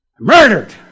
murdered